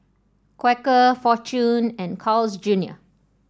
Quaker Fortune and Carl's Junior